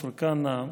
כפר כנא,